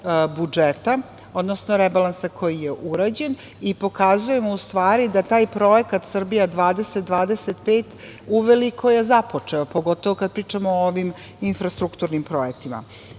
budžeta, odnosno rebalansa koji je urađen i pokazujemo u stvari da taj projekat „Srbija 2025“ uveliko je započeo, pogotovo kada pričamo o ovim infrastrukturnim